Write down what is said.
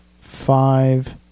five